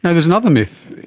there's another myth,